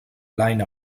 line